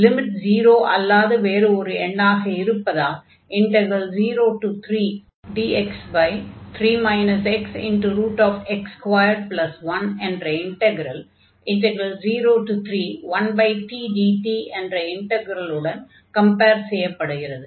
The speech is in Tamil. லிமிட் 0 அல்லாத வேறு ஒரு எண்ணாக இருப்பதால் 03dx3 xx21 என்ற இன்டக்ரல் 031tdt என்ற இன்டக்ரலுடன் கம்பேர் செய்யப்படுகிறது